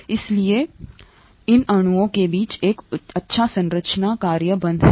इसलिए इन अणुओं के बीच एक अच्छा संरचना कार्य संबंध है